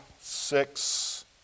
six